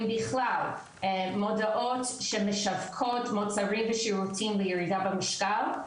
בכלל מודעות שמשווקות מוצרים ושירותים לירידה במשקל.